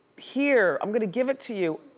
here, i'm gonna give it to you.